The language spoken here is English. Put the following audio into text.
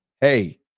Hey